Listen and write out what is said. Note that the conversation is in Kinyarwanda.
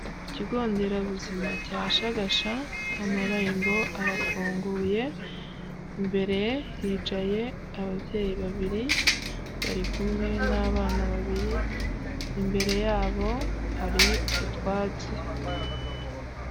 Ku kigo nderabuzima cya Shagasha amarembo arafunguye, imbere hicaye ababyeyi babiri bari kumwe n'abana babiri, imbere yabo hari utwatsi.